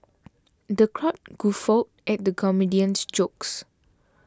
the crowd guffawed at the comedian's jokes